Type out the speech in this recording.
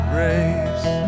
race